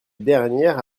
dernière